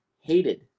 hated